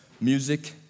music